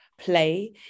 Play